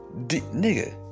nigga